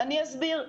אני אסביר.